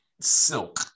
silk